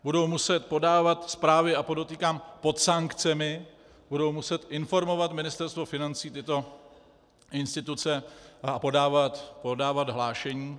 Budou muset podávat zprávy, a podotýkám pod sankcemi, budou muset informovat Ministerstvo financí tyto instituce a podávat hlášení.